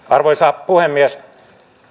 arvoisa puhemies